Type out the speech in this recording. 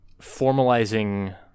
formalizing